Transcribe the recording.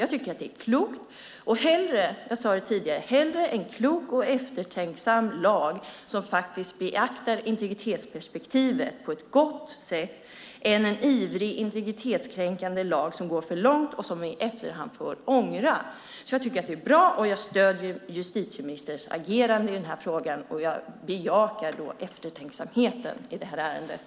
Jag tycker att det är klokt, och som jag sade tidigare: Hellre en klok och eftertänksam lag som faktiskt beaktar integritetsperspektivet på ett gott sätt än en ivrig integritetskränkande lag som går för långt och som vi i efterhand får ångra. Jag tycker alltså att det här är bra. Jag stöder justitieministerns agerande i den här frågan, och jag bejakar eftertänksamheten i ärendet.